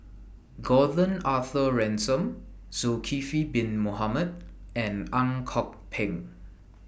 Gordon Arthur Ransome Zulkifli Bin Mohamed and Ang Kok Peng